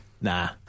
Nah